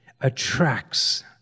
attracts